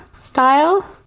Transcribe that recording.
style